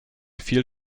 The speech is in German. viel